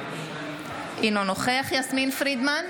אינו נוכח יסמין פרידמן,